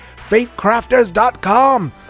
FateCrafters.com